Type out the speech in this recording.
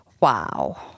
Wow